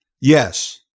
Yes